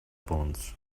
punts